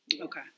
okay